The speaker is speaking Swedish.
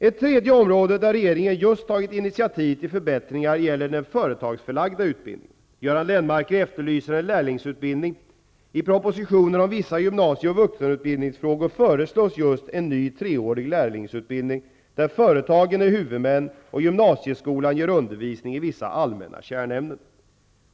Ett tredje område där regeringen just tagit initiativ till förbättringar är den företagsförlagda utbildningen. Göran Lennmarker efterlyser en lärlingsutbildning. I propositionen om vissa gymnasie och vuxenutbildningsfrågor föreslås just en ny, treårig lärlingsutbildning, där företagen är huvudmän och gymnasieskolan ger undervisning i vissa allmänna kärnämnen.